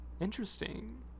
interesting